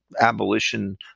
abolition